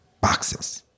boxes